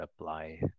apply